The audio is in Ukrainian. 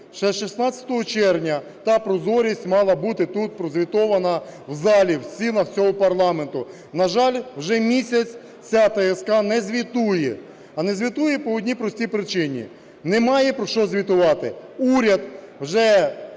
Ще 16 червня та прозорість мала бути тут прозвітована в залі, в стінах цього парламенту. На жаль, вже місяць ця ТСК не звітує. А не звітує по одній простій причині: немає про що звітувати. Уряд вже